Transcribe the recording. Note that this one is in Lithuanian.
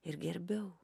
ir gerbiau